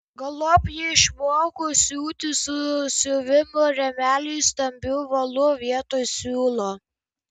galop ji išmoko siūti su siuvimo rėmeliais stambiu valu vietoj siūlo